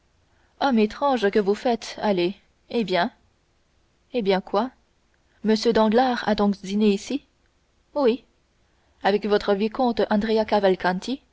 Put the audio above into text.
homme étrange que vous faites allez eh bien eh bien quoi m danglars a donc dîné ici oui avec votre vicomte